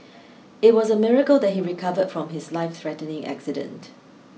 it was a miracle that he recovered from his life threatening accident